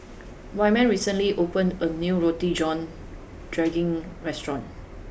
Wyman recently opened a new Roti John Daging restaurant